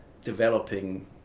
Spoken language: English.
developing